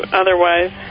otherwise